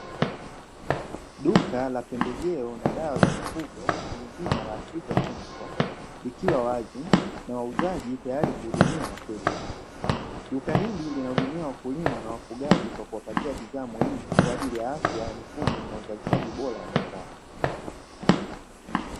Duka la pembejeo na dawa za mifugo lenye jina la twiga kemiko likiwa wazi na wauzaji tayari kuhudumiwa wateja. Duka hili linahudumia wakulima na wafugaji kwa kuwapatia bidhaa muhimu kwa ajili ya afya mifugo na uzalishaji bora wa mazao.